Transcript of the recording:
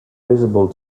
visible